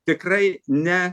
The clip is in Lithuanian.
tikrai ne